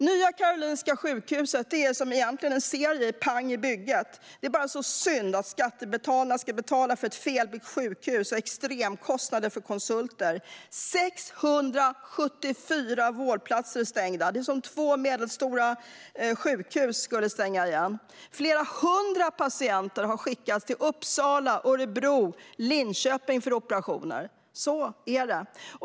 Nya Karolinska sjukhuset är egentligen som serien Pang i bygget . Det är bara synd att skattebetalarna ska betala för ett felbyggt sjukhus och extremkostnader för konsulter. På Nya Karolinska är 674 vårdplatser stängda. Det är som om två medelstora sjukhus skulle stänga. Flera hundra patienter har skickats till Uppsala, Örebro och Linköping för operationer.